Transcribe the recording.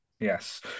Yes